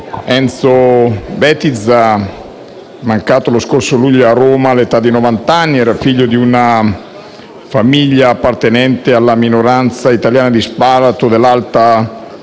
Enzo Bettiza, mancato lo scorso luglio a Roma all'età di novant'anni, era figlio di una famiglia appartenente alla minoranza italiana dell'alta